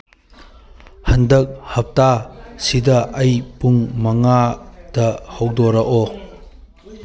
ꯍꯟꯗꯛ ꯍꯞꯇꯥꯁꯤꯗ ꯑꯩ ꯄꯨꯡ ꯃꯉꯥꯇ ꯍꯧꯗꯣꯔꯛꯑꯣ